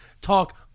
talk